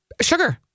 Sugar